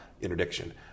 interdiction